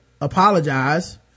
apologize